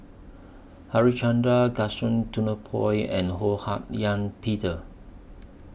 Harichandra Gaston Dutronquoy and Ho Hak Ean Peter